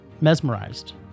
mesmerized